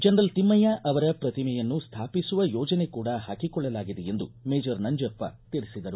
general Thimmayya ಅವರ ಪ್ರತಿಮೆಯನ್ನು ಸ್ಥಾಪಿಸುವ ಯೋಜನೆ ಕೂಡ ಹಾಕಿಕೊಳ್ಳಲಾಗಿದೆ ಎಂದು ಮೇಜರ್ ನಂಜಪ್ಪ ತಿಳಿಸಿದರು